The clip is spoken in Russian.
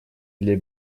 для